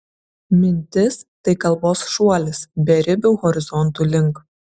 mintis tai kalbos šuolis beribių horizontų link